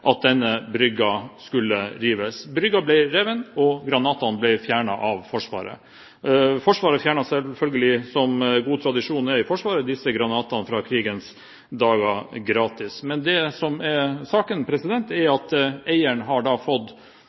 at denne brygga skulle rives. Brygga ble revet, og granatene ble fjernet av Forsvaret. Forsvaret fjernet selvfølgelig – som god tradisjon er i Forsvaret – disse granatene fra krigens dager gratis. Men det som er saken, er at eieren har fått